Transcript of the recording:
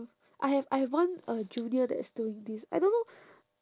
I have I have one uh junior that is doing this I don't know